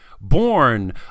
born